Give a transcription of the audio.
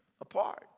apart